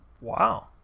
wow